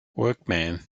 workman